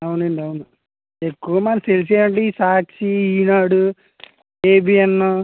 అవునండి అవును ఎక్కువ మనకి తెలిసేదంటే ఈ సాక్షి ఈనాడు ఏబిఎన్